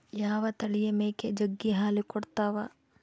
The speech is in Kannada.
ಯಾವ ತಳಿಯ ಮೇಕೆ ಜಗ್ಗಿ ಹಾಲು ಕೊಡ್ತಾವ?